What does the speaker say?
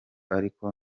ariko